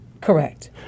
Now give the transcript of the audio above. correct